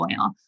oil